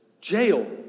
Jail